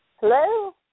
Hello